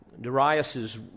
Darius's